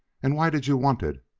and why did you want it?